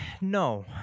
no